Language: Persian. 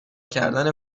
کردن